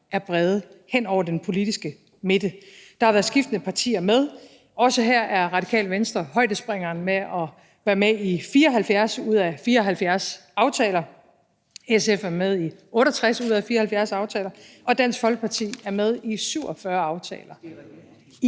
indgået hen over den politiske midte. Der har været skiftende partier med, og også her er Radikale Venstre højdespringeren, i og med at de har været med i 74 ud af 74 aftaler. SF er med i 68 ud af 74 aftaler, og Dansk Folkeparti er med i 47 aftaler.